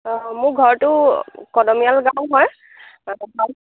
অঁ মোৰ ঘৰটো কদমীয়াল গাঁও হয়